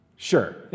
Sure